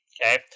okay